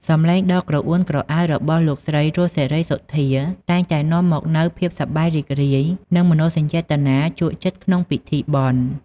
សំឡេងដ៏ក្រអួនក្រអៅរបស់លោកស្រី រស់ សេរីសុទ្ធា តែងតែនាំមកនូវភាពសប្បាយរីករាយ និងមនោសញ្ចេតនាជក់ចិត្តក្នុងពិធីបុណ្យ។